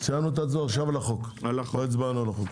עכשיו הצבעה על החוק.